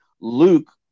luke